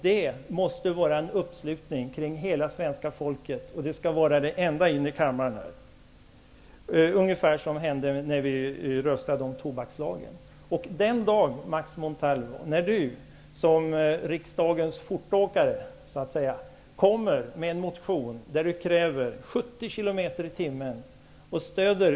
Det måste vara en uppslutning av hela svenska folket, ända in i kammaren, ungefär i likhet med det som hände när vi röstade om tobakslagen.